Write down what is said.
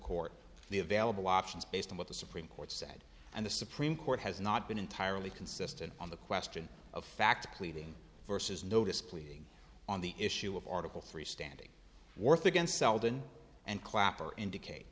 court the available options based on what the supreme court said and the supreme court has not been entirely consistent on the question of fact pleading versus notice pleading on the issue of article three standing worth against seldon and clapper indicate